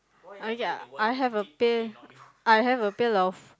uh yeah I have a pail I have a pail of